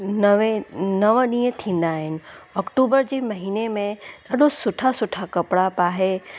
नवे नव ॾींहं थींदा आहिनि अक्टूबर जे महीने में ॾाढो सुठा सुठा कपिड़ा पाए